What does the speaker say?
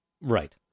Right